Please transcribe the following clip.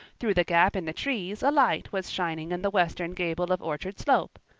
through the gap in the trees a light was shining in the western gable of orchard slope,